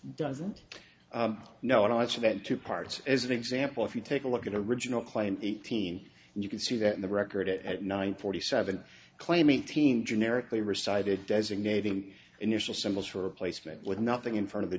doesn't know and i spent two parts as an example if you take a look at a regional claim eighteen and you can see that the record at nine forty seven claiming team generically recited designating initial symbols for placement with nothing in front of